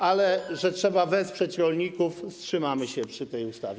Ale że trzeba wesprzeć rolników, wstrzymamy się przy tej ustawie.